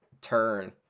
turn